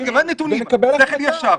זה שכל ישר.